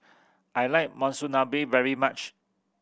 I like Monsunabe very much